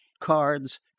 Cards